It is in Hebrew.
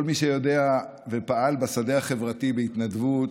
כל מי שיודע ופעל בשדה החברתי בהתנדבות